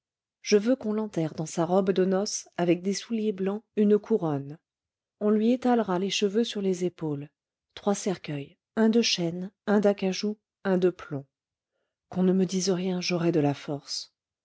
je veux qu'on l'enterre dans sa robe de noces avec des souliers blancs une couronne on lui étaiera les cheveux sur les épaules trois cercueils un de chêne un d'acajou un de plomb qu'on ne me dise rien j'aurai de la force